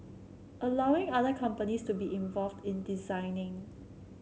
allowing other companies to be involved in designing